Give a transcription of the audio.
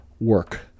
work